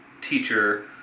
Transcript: teacher